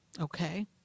Okay